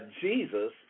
Jesus